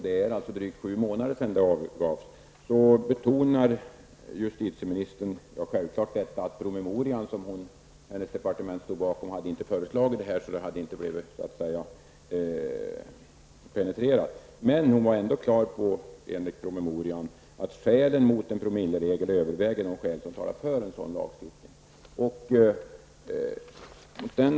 Det är alltså drygt sju månader sedan det här svaret gavs. I svaret betonar justitieministern, självfallet, att man i den promemoria som hennes departement stod bakom inte hade med något förslag i det här avseendet. Detta hade alltså inte penetrerats. Men justitieministern var klar över, det framgår av promemorian, att skälen mot promilleregler är starkare än skälen för en lagstiftning på området.